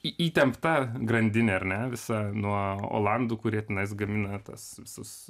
į įtempta grandinė ar ne visa nuo olandų kurie tenais gamina tas visus